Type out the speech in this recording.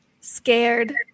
Scared